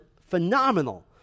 phenomenal